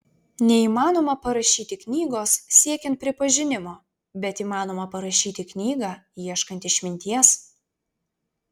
neįmanoma parašyti knygos siekiant pripažinimo bet įmanoma parašyti knygą ieškant išminties